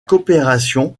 coopération